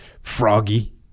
froggy